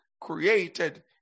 created